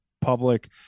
public